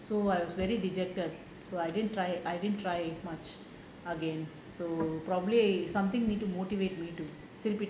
so I was very dejected so I didn't try I didn't try much again so probably something need to motivate me to still be